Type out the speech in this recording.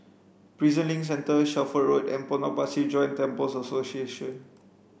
Prison Link Centre Shelford Road and Potong Pasir Joint Temples Association